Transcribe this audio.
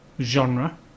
genre